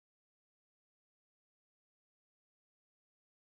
uh this a negro lah okay with black hair okay